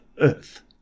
Earth